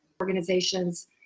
organizations